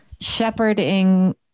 shepherding